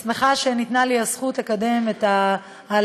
אני שמחה שניתנה לי הזכות לקדם את העלאת